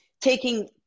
taking